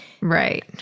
Right